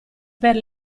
per